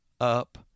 up